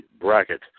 Bracket